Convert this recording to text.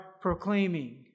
proclaiming